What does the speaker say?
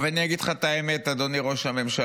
אבל אני אגיד לך את האמת, אדוני ראש הממשלה,